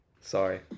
Sorry